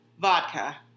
vodka